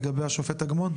לגבי השופט אגמון?